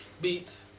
beat